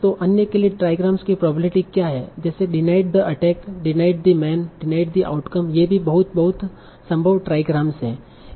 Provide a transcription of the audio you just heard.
तों अन्य के लिए ट्राईग्रामस की प्रोबेबिलिटी क्या है जैसे denied the attack denied the man denied the outcome ये भी बहुत बहुत संभव ट्राईग्रामस हैं